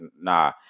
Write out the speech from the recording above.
nah